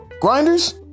grinders